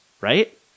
right